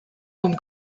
vom